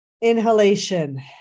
Inhalation